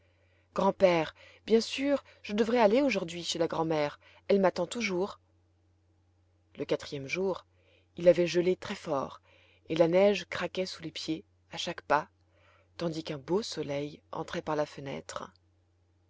grand-père bien sûr je devrais aller aujourd'hui chez la grand'mère elle m'attend toujours le quatrième jour il avait gelé très fort et la neige craquait sous les pieds à chaque pas tandis qu'un beau soleil entrait par la fenêtre